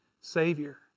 Savior